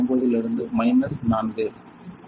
9 இலிருந்து minus 4 Refer Time 1720